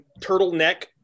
turtleneck